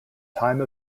time